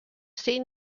seen